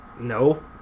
no